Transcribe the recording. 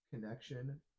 connection